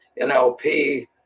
NLP